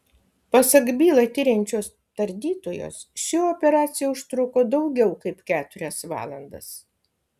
pasak bylą tiriančios tardytojos ši operacija užtruko daugiau kaip keturias valandas